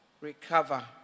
recover